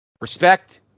Respect